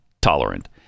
tolerant